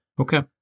okay